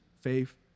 faith